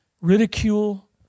ridicule